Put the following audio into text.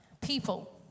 people